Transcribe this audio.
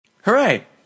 Hooray